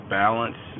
balance